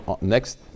next